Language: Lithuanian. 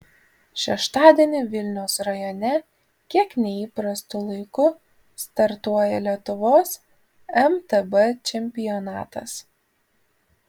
šeštadienį vilniaus rajone kiek neįprastu laiku startuoja lietuvos mtb čempionatas